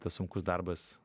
tas sunkus darbas